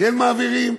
כן מעבירים,